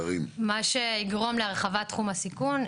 מה שיגרום להרחבת תחום הסיכון.